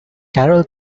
carol